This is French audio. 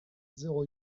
zéro